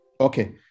Okay